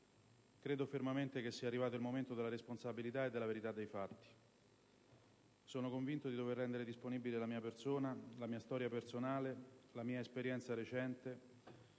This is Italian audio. credo fermamente che sia arrivato il momento della responsabilità e della verità dei fatti. Sono convinto di dover rendere disponibile la mia persona, la mia storia personale, la mia esperienza recente,